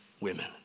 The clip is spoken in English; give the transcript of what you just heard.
women